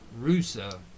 Rusa